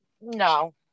no